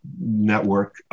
network